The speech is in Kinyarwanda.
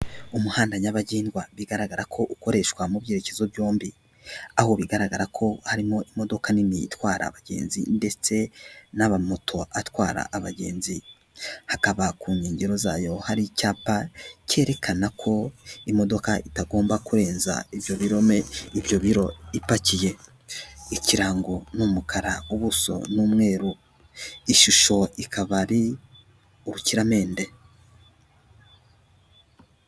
Umuhanda nyabagendwa bigaragara ko ukoreshwa mu byerekezo byombi, aho bigaragara ko harimo imodoka nini itwara abagenzi ndetse n'amamoto atwara abagenzi. Hakaba ku nkengero zayo hari icyapa cyerekana ko imodoka itagomba kurenza ibyo biro ipakiye. Ikirango ni umukara, ubuso ni umweru, ishusho ikaba ari urukiramende.